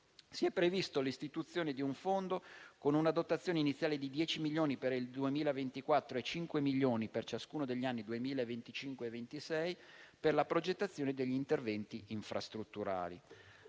si è prevista l'istituzione di un fondo con una dotazione iniziale di 10 milioni per il 2024 e cinque milioni per ciascuno degli anni 2025 e 2026 per la progettazione degli interventi infrastrutturali.